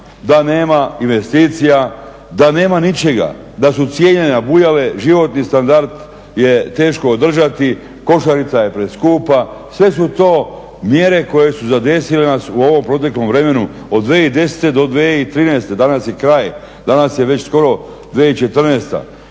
da nema investicija, da nema ničega, da su cijene nabujale, životni standard je teško održati, košarica je preskupa. Sve su to mjere koje su zadesile nas u ovom proteklom vremenu od 2010. do 2013. Danas je kraj, danas je već skoro 2014.